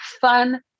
fun